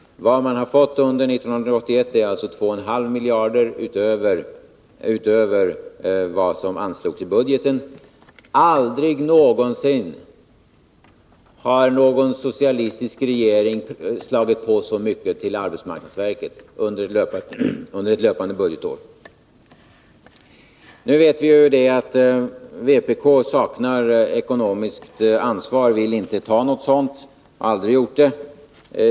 Vad AMS har fått under 1981 är alltså 2,5 miljarder utöver vad som anslogs i budgeten. Aldrig någonsin har någon socialistisk regering slagit på så mycket till arbetsmarknadsverket under ett löpande budgetår. Nu vet vi ju att vpk saknar ekonomiskt ansvar, inte vill ta något sådant och aldrig har gjort det.